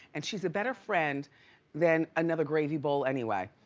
and she's a better friend than another gravy bowl anyway.